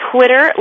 Twitter